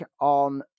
on